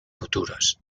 futuras